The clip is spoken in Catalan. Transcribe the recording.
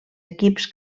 equips